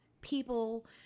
People